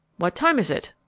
what time is it?